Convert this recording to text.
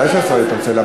ודאי שהשר יתנצל,